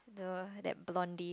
the that blondie